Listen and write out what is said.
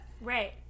Right